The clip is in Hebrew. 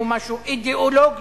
הם משהו אידיאולוגי.